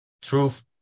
truth